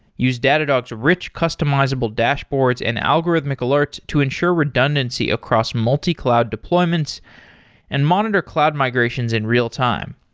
use datadog's rich customizable dashboards and algorithmic alerts to ensure redundancy across multi-cloud deployments and monitor cloud migrations in real-time.